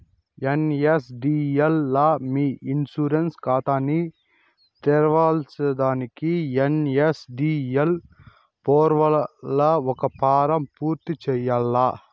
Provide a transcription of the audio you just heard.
NSDL లా మీ insurance కాతాని తెర్సేదానికి ఎన్.ఎస్.డి.ఎల్ పోర్పల్ల ఒక ఫారం పూర్తి చేయాల్ల